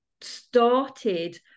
started